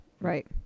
right